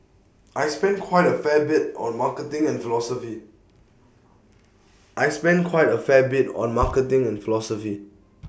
I spend quite A fair bit on marketing and philosophy I spend quite A fair bit on marketing and philosophy